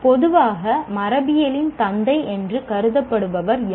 பொதுவாக மரபியலின் தந்தை என்று கருதப்படுபவர் யார்